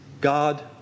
God